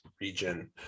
region